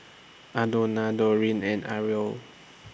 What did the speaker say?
Aldona Doreen and Irl